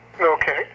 Okay